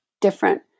different